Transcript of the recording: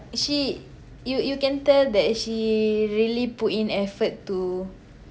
she you you can tell that she really put in effort to